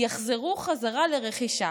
יחזרו חזרה לרכישה.